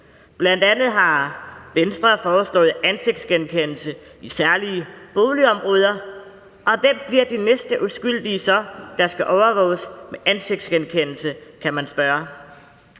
Bl.a. har Venstre foreslået ansigtsgenkendelse i særlige boligområder, og hvem bliver så de næste uskyldige, der skal overvåges med ansigtsgenkendelse?